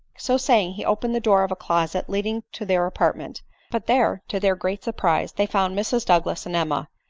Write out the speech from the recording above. so saying, he opened the door of a closet leading to their apartment but there, to their great surprise, they found mrs douglas and emma,